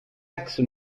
axe